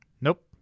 nope